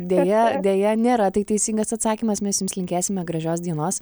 deja deja nėra tai teisingas atsakymas mes jums linkėsime gražios dienos